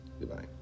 Goodbye